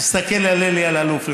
אני מסתכל על אלי אלאלוף,